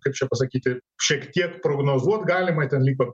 kaip čia pasakyti šiek tiek prognozuot galima ten liko